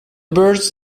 birds